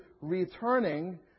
returning